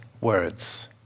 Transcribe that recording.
words